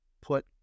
put